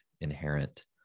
inherent